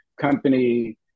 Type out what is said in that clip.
company